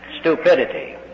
stupidity